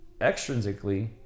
Extrinsically